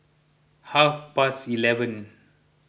half past eleven